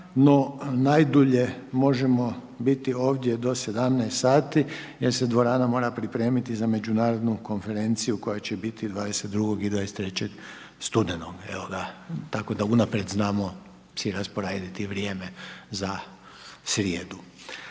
no najdulje možemo biti ovdje do 17 sati jer se dvorana mora pripremiti za međunarodnu konferenciju koja će biti 22. i 23. studenog. Evo ga, tako da unaprijed znamo si rasporediti vrijeme za srijedu.